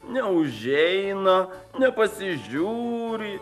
neužeina nepasižiūri